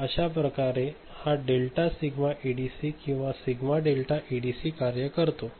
तर अशाच प्रकारे हा डेल्टा सिग्मा एडीसी किंवा सिग्मा डेल्टा एडीसी कार्य करते